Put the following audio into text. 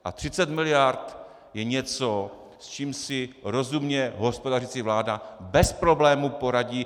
A 30 miliard je něco, s čím si rozumně hospodařící vláda bez problémů poradí.